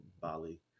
Bali